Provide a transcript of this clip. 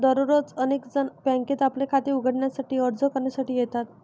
दररोज अनेक जण बँकेत आपले खाते उघडण्यासाठी अर्ज करण्यासाठी येतात